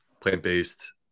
plant-based